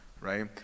right